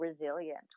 resilient